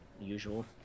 usual